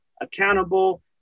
accountable